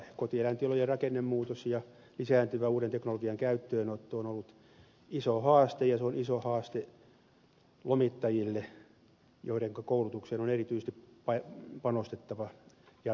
kotieläintilojen rakennemuutos ja lisääntyvä uuden teknologian käyttöönotto on ollut iso haaste ja se on iso haaste lomittajille joidenka koulutukseen on erityisesti panostettava jatkossakin